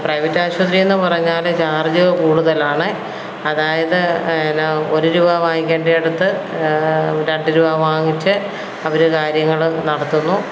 private ആശുപത്രി എന്ന് പറഞ്ഞാൽ ചാർജ് കൂടുതലാണ് അതായത് എന്നാൽ ഒരു രൂപ വാങ്ങിക്കേണ്ട ഇടത്ത് രണ്ട് രൂപ വാങ്ങിച്ച് അവർ കാര്യങ്ങൾ നടത്തുന്നു